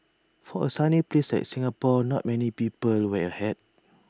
for A sunny place like Singapore not many people wear A hat